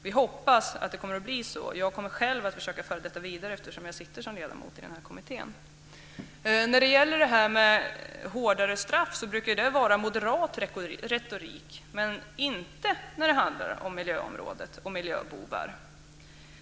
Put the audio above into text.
Vi hoppas att det kommer att bli så. Jag kommer själv att försöka föra detta vidare, eftersom jag sitter som ledamot i denna kommitté. Hårdare straff brukar vara moderat retorik, men inte när det handlar om miljöområdet och miljöbovar.